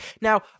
Now